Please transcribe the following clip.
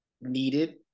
needed